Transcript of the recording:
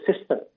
system